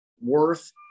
worth